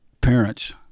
parents